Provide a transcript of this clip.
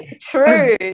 true